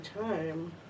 time